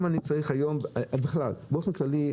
באופן כללי,